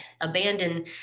abandon